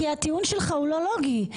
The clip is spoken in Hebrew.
כי הטיעון שלך הוא לא לוגי.